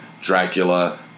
Dracula